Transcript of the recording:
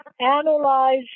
analyze